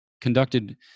conducted